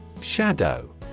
Shadow